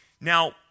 Now